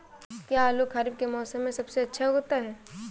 क्या आलू खरीफ के मौसम में सबसे अच्छा उगता है?